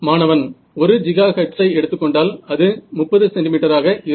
மாணவன் 1 ஜிகா ஹெர்ட்ஸை எடுத்துக்கொண்டால் அது 30 சென்டிமீட்டர் ஆக இருக்கும்